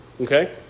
Okay